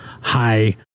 high